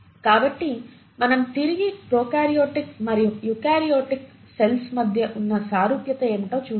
కాబట్టి మనం తిరిగి ప్రొకార్యోటిక్ మరియు యూకారియోటిక్ సెల్స్ మధ్య సారూప్యత ఏమిటో చూద్దాం